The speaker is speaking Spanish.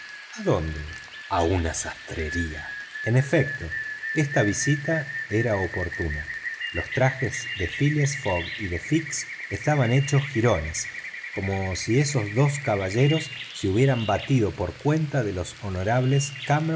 adónde a una sastrería en efecto esta visita era oportuna los trajes de phileas fogg y de fix estaban hechos jirones como si esos dos caballeros se hubieran batido por cuenta de los honorables